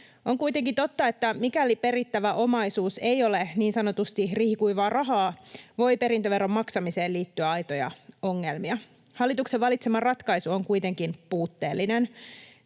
On kuitenkin totta, että mikäli perittävä omaisuus ei ole niin sanotusti riihikuivaa rahaa, voi perintöveron maksamiseen liittyä aitoja ongelmia. Hallituksen valitsema ratkaisu on kuitenkin puutteellinen.